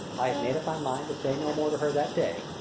i had made up my mind to say no more to her that day,